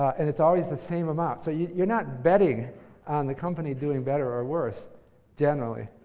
and it's always the same amount. so, you're not betting on the company doing better or worse generally,